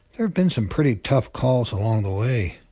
have been some pretty tough calls along the way,